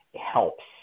helps